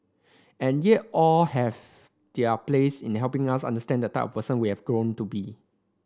and yet all have their place in helping us understand the type of person we have grown to be